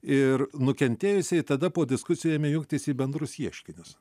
ir nukentėjusieji tada po diskusijų ėmė jungtis į bendrus ieškinius